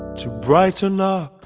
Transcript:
to brighten up